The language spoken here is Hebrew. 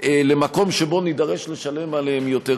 למקום שבו נידרש לשלם עליהם יותר כסף.